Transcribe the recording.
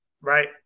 right